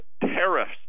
tariffs